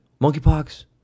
monkeypox